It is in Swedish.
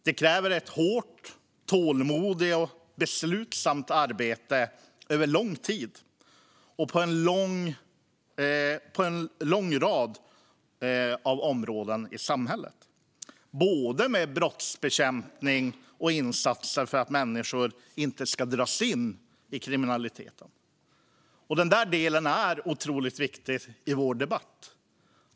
Det kräver ett hårt, tålmodigt och beslutsamt arbete över lång tid och på en lång rad områden i samhället, både med brottsbekämpning och med insatser för att människor inte ska dras in i kriminalitet. Denna del är otroligt viktig i vår debatt.